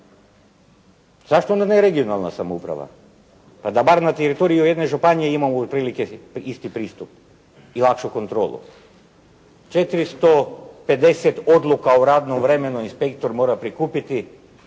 Zašto ne onda regionalna samouprava, pa da bar na teritoriju jedne županije imamo otprilike isti pristup i lakšu kontrolu. 450 odluka o radnom vremenu inspektor mora prikupiti